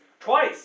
twice